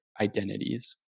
identities